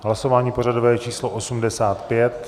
Hlasování pořadové číslo 85.